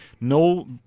No